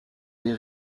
des